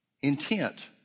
intent